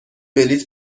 بلیط